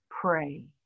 pray